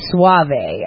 Suave